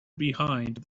behind